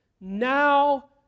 Now